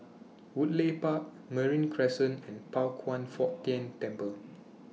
Woodleigh Park Marine Crescent and Pao Kwan Foh Tang Temple